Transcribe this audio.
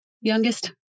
Youngest